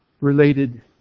related